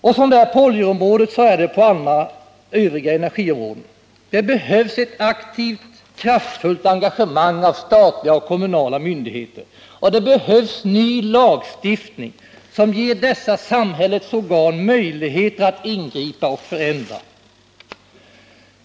Och som det är på oljeområdet är det också på övriga energiområden. Det behövs ett aktivt, kraftfullt engagemang av statliga och kommunala myndigheter, och det behövs en ny lagstiftning som ger dessa samhällets organ möjligheter att ingripa och förändra.